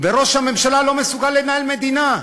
וראש הממשלה לא מסוגל לנהל מדינה,